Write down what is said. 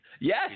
Yes